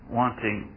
wanting